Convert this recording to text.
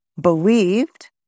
believed